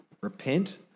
Repent